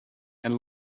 and